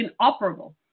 inoperable